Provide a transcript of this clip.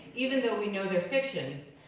even though we know they're fictions,